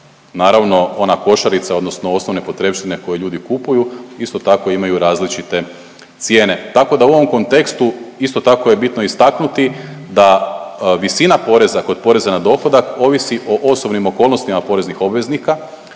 Naravno, ona košarica odnosno osnovne potrepštine koje ljudi kupuju isto tako imaju različite cijene, tako da u ovom kontekstu isto tako je bitno istaknuti da visina poreza kod poreza na dohodak ovisi o osobnim okolnostima poreznih obveznika